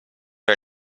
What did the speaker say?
are